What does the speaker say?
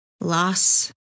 loss